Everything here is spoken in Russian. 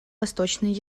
восточной